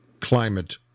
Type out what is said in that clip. climate